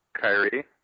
Kyrie